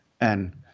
and-